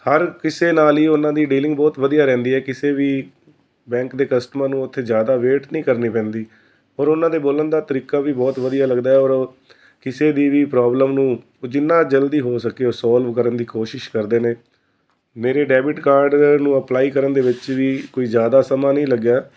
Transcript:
ਹਰ ਕਿਸੇ ਨਾਲ ਹੀ ਉਹਨਾਂ ਦੀ ਡੀਲਿੰਗ ਬਹੁਤ ਵਧੀਆ ਰਹਿੰਦੀ ਹੈ ਕਿਸੇ ਵੀ ਬੈਂਕ ਦੇ ਕਸਟਮਰ ਨੂੰ ਉੱਥੇ ਜ਼ਿਆਦਾ ਵੇਟ ਨਹੀਂ ਕਰਨੀ ਪੈਂਦੀ ਔਰ ਉਹਨਾਂ ਦੇ ਬੋਲਣ ਦਾ ਤਰੀਕਾ ਵੀ ਬਹੁਤ ਵਧੀਆ ਲੱਗਦਾ ਔਰ ਕਿਸੇ ਦੀ ਵੀ ਪ੍ਰੋਬਲਮ ਨੂੰ ਜਿੰਨਾ ਜਲਦੀ ਹੋ ਸਕੇ ਉਹ ਸੋਲਵ ਕਰਨ ਦੀ ਕੋਸ਼ਿਸ਼ ਕਰਦੇ ਨੇ ਮੇਰੇ ਡੈਬਿਟ ਕਾਰਡ ਨੂੰ ਅਪਲਾਈ ਕਰਨ ਦੇ ਵਿੱਚ ਵੀ ਕੋਈ ਜ਼ਿਆਦਾ ਸਮਾਂ ਨਹੀਂ ਲੱਗਿਆ